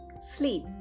Sleep